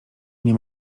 nie